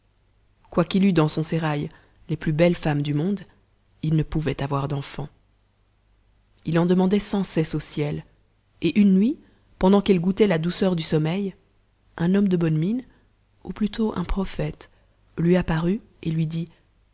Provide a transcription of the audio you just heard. quoiqu'il eut dans son sérail les plus belles femmes du monde il ne pouvait avoir d'enfants h en demandait sans cesse au ciel et une nuit pendant qu'il goûtait la douceur du sommeil un homme de bonne mine ou plutôt un prophète lui apparut et lui dit